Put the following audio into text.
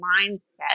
mindset